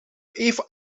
even